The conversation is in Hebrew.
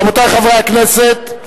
רבותי חברי הכנסת,